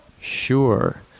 Sure